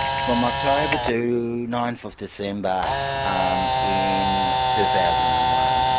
from october to ninth december um in two thousand and one.